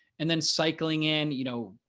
and then cycling in, you know,